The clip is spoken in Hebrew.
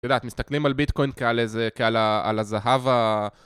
אתה יודעת, מסתכלים על הביטקוין כעל איזה... כעל ה... על הזהב ה...